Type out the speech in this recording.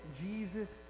Jesus